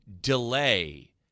delay